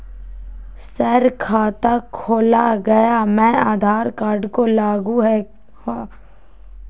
Sir खाता खोला गया मैं आधार कार्ड को लागू है हां?